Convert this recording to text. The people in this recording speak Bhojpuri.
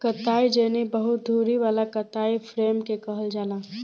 कताई जेनी बहु धुरी वाला कताई फ्रेम के कहल जाला